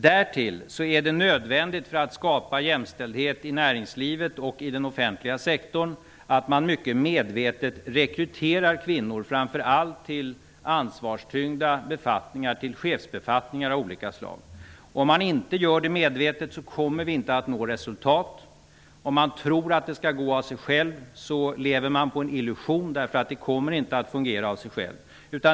Det är därtill nödvändigt för att skapa jämställdhet i näringslivet och i den offentliga sektorn att man mycket medvetet rekryterar kvinnor framför allt till ansvarstyngda befattningar, till chefsbefattningar av olika slag. Om man inte gör det medvetet, kommer man inte att nå resultat. Om man tror att det skall gå av sig självt lever man på en illusion, eftersom det inte kommer att göra det.